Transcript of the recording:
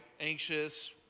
Anxious